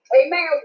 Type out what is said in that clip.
amen